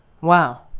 Wow